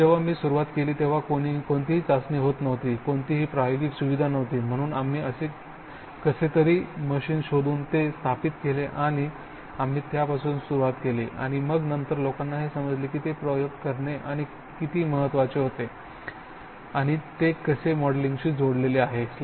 म्हणून जेव्हा मी सुरुवात केली तेव्हा कोणतीही चाचणी होत नव्हती कोणतीही प्रायोगिक सुविधा नव्हती म्हणून आम्ही कसे तरी मशीन शोधून ते स्थापित केले आणि आम्ही त्यापासून सुरुवात केली आणि मग नंतर लोकांना हे समजले की ते प्रयोग करणे किती महत्वाचे होते आणि ते कसे मॉडेलिंगशी जोडलेले होते